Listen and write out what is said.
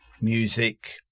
music